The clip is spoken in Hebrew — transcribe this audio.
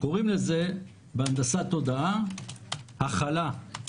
קוראים לזה בהנדסת תודעה - הכלה.